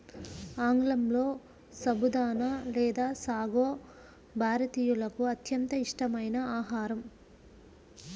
ఆంగ్లంలో సబుదానా లేదా సాగో భారతీయులకు అత్యంత ఇష్టమైన ఆహారం